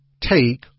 take